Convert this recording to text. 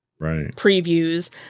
previews